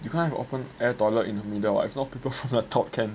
you can't have open air toilet in the middle [what] if not people from the top can